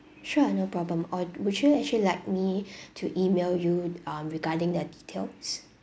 sure no problem or would you actually like me to email you um regarding the details